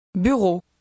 Bureau